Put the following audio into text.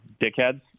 dickheads